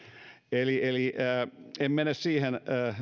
en mene siihen